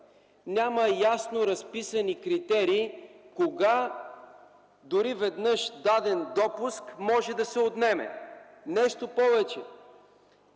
Няма ясно разписани критерии кога, дори веднъж даден допуск може да се отнеме. Нещо повече